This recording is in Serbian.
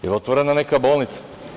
Jel otvorena neka bolnica?